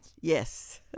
Yes